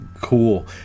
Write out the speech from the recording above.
cool